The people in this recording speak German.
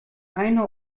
eine